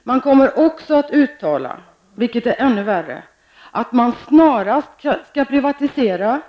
Styrelsen kommer också att uttala, vilket är ännu värre, att televerket snarast skall privatiseras